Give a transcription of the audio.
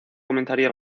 comenzaría